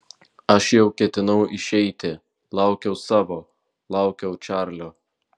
aš jau ketinau išeiti laukiau savo laukiau čarlio